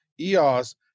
EOS